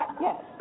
Yes